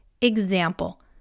Example